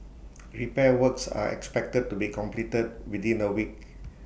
repair works are expected to be completed within A week